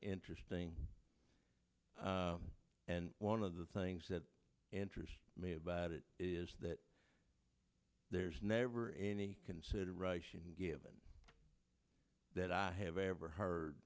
interesting and one of the things that interests me about it is that there's never any consideration given that i have ever heard